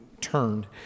turned